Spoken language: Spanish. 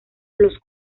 los